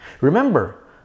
Remember